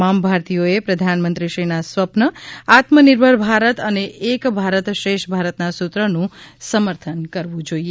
તમામ ભારતીયોએ પ્રધાનમંત્રીશ્રીનાં સ્વપ્ન આત્મનિર્ભર ભારત અને એક ભારત શ્રેષ્ઠ ભારતનાં સૂત્રનું સમર્થન કરવું જોઈએ